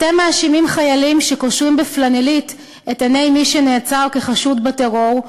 אתם מאשימים חיילים שקושרים בפלנלית את עיני מי שנעצר כחשוד בטרור,